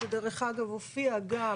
שדרך אגב הופיעה גם,